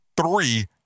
three